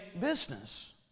business